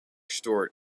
stored